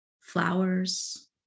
flowers